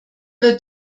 wird